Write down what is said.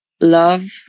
love